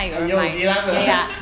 !aiyo! geylang 的